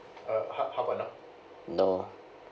uh how how about now no